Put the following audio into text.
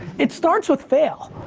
it starts with fail.